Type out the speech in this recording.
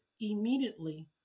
immediately